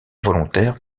volontaire